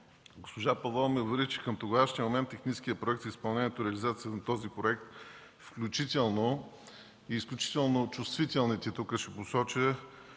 Госпожа Павлова ме убеди, че към тогавашния момент техническият проект за изпълнението и реализацията на този проект, включително и изключително чувствителните – ще посоча